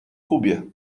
kubie